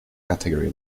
category